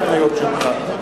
ההתניות שלך.